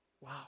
Wow